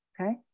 Okay